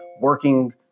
working